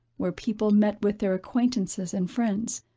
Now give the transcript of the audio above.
where people met with their acquaintances and friends,